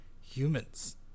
humans